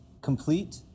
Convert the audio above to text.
complete